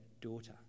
daughter